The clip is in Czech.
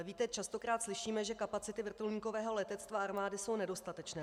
Víte, častokrát slyšíme, že kapacity vrtulníkového letectva armády jsou nedostatečné.